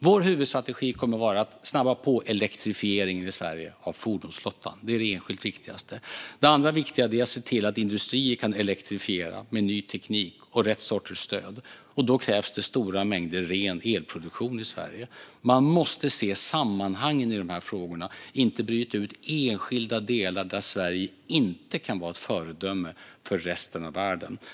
Vår huvudstrategi kommer att vara att snabba på elektrifieringen av fordonsflottan i Sverige. Det är det enskilt viktigaste. Det andra viktiga är att se till att industrier kan elektrifiera med ny teknik och rätt sorters stöd. Då krävs det stora mängder ren elproduktion i Sverige. Man måste se sammanhangen, inte bryta ut enskilda delar där Sverige inte kan vara ett föredöme för resten av världen.